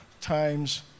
times